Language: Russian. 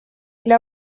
для